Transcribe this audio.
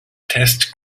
test